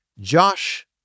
Josh